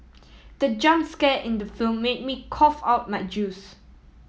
the jump scare in the film made me cough out my juice